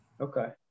Okay